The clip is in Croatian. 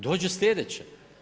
Dođu sljedeće.